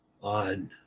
on